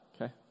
okay